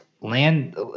land